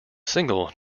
single